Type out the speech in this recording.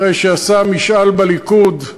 אחרי שעשה משאל בליכוד,